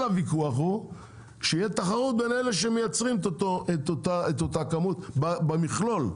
כל הוויכוח הוא שיהיה תחרות בין אלו שמייצרים את אותה כמות במכלול,